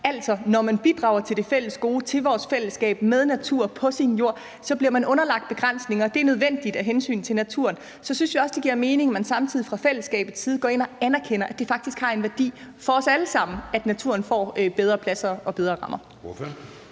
Altså, når man bidrager til det fælles gode, til vores fællesskab, med natur på sin jord, så bliver man underlagt begrænsninger, og det er nødvendigt af hensyn til naturen, og så synes vi også, at det giver mening, at man samtidig fra fællesskabets side går ind og anerkender, at det faktisk har en værdi for os alle sammen, at naturen får bedre plads og bedre rammer.